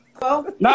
No